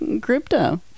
crypto